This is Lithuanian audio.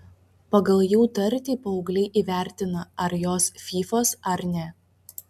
pagal jų tartį paaugliai įvertina ar jos fyfos ar ne